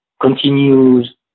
Continues